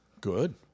Good